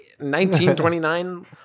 1929